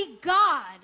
God